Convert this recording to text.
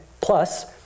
Plus